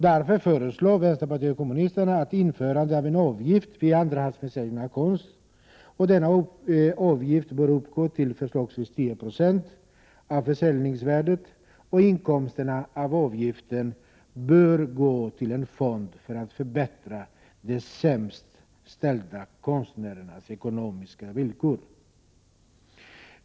Därför föreslår vänsterpartiet kommunisterna ett införande av en avgift vid andrahandsförsäljning av konst. Denna avgift bör uppgå till förslagsvis 10 96 av försäljningsvärdet, och inkomsterna av avgiften bör gå till en fond för att förbättra de sämst ställda konstnärernas ekonomiska villkor.